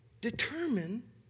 Determine